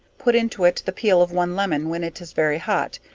put into it the peal of one lemon, when it is very hot,